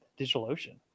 DigitalOcean